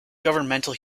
governmental